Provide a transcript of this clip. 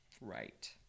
Right